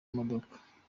modoka